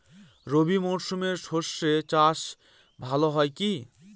রবি মরশুমে সর্ষে চাস ভালো হয় কি?